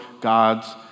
God's